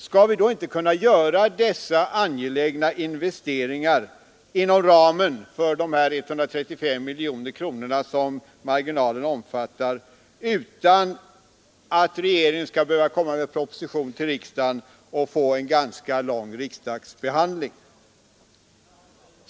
Skall vi då inte kunna göra dessa angelägna investeringar inom ramen för de 135 miljoner kronorna som marginalen omfattar utan att regeringen skall behöva lägga fram en proposition med åtföljande, ganska lång, riksdagsbehandling?